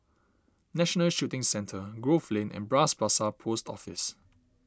National Shooting Centre Grove Lane and Bras Basah Post Office